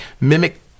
Mimic